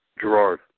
Gerard